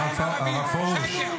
הרב פרוש.